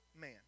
man